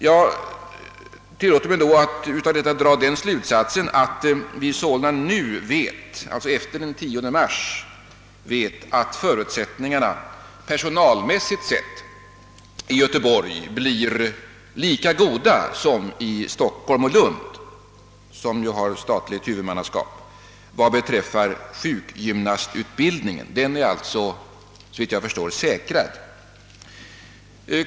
Jag tillåter mig av detta dra slutsatsen att vi nu vet — alltså efter den 10 mars — att förutsättningarna personalmässigt sett i Göteborg blir lika goda som i Stockholm och Lund, där det ju är statligt huvudmannaskap vad beträffar sjukgymnastutbildningen. Denna utbildning är alltså, såvitt jag förstår, säkrad.